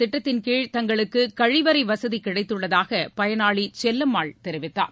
திட்டத்தின் கீழ் தங்களுக்குழிவறைவசதிகிடடத்துள்ளதாகபயனாளிசெல்லம்மாள் இந்தத் தெரிவித்தார்